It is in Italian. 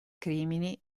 crimini